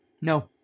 No